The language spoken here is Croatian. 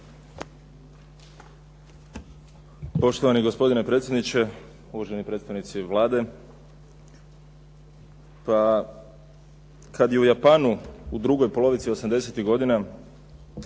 Poštovani gospodine predsjedniče, uvaženi predstavnici Vlade. Pa kad je u Japanu u drugoj polovici '80.-ih godina